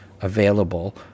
available